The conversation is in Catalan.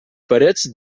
parets